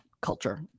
culture